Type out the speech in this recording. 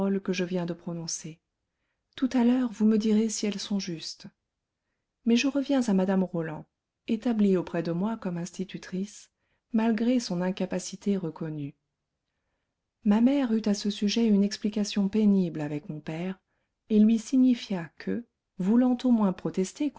que je viens de prononcer tout à l'heure vous me direz si elles sont justes mais je reviens à mme roland établie auprès de moi comme institutrice malgré son incapacité reconnue ma mère eut à ce sujet une explication pénible avec mon père et lui signifia que voulant au moins protester